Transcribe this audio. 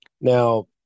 Now